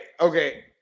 okay